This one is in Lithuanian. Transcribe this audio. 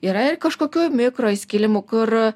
yra ir kažkokių mikro įskilimų kur